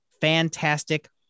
fantastic